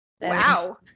Wow